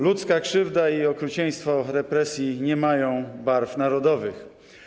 Ludzka krzywda i okrucieństwo represji nie mają barw narodowych.